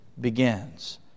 begins